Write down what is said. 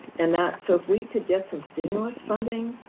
and that so if we could get some stimulus funding,